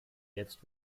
jetzt